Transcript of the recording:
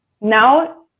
now